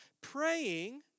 Praying